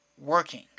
working